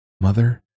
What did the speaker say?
Mother